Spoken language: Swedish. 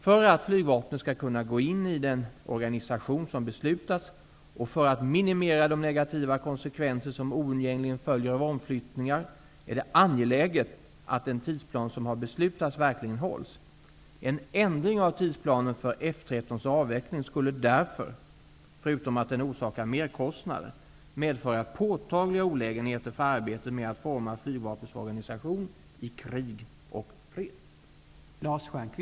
För att flygvapnet skall kunna gå in i den organisation som beslutats och för att minimera de negativa konsekvenser som oundgängligen följer av omflyttningar, är det angeläget att den tidsplan som har beslutats verkligen hålls. En ändring av tidsplanen för F 13:s avveckling skulle därför -- förutom att den orsakar merkostnader -- medföra påtagliga olägenheter för arbetet med att forma flygvapnets organisation i krig och fred.